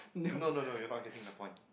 no no no you're not getting the point